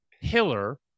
Hiller